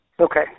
Okay